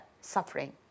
suffering